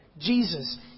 Jesus